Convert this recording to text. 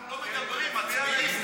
אנחנו לא מדברים, מצביעים.